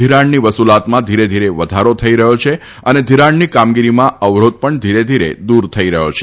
ધિરાણની વસૂલાતમાં ધીરે ધીરે વધારો થઈ રહ્યો છે અને ઘિરાણની કામગીરીમાં અવરોધ પણ ધીરે ધીરે દૂર થઈ રહ્યો છે